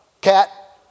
Cat